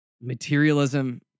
materialism